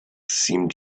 seemed